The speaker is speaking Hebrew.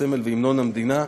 הסמל והמנון והמדינה,